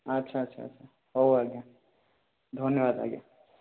ଆଚ୍ଛା ଆଚ୍ଛା ଆଚ୍ଛା ହଉ ଆଜ୍ଞା ଧନ୍ୟବାଦ ଆଜ୍ଞା